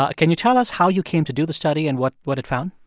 ah can you tell us how you came to do the study and what what it found?